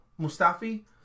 Mustafi